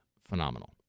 phenomenal